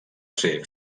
ser